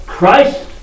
Christ